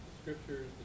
scriptures